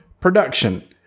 production